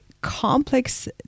complex